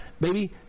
baby